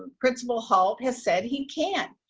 principal halt has said he can't.